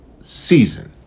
season